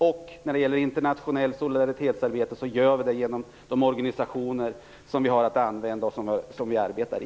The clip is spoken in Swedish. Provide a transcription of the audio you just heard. Vi bedriver internationellt solidaritetsarbete genom de organisationer vi arbetar i.